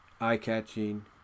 eye-catching